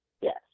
Yes